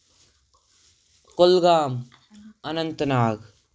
Kulgam Anant Nag